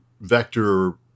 vector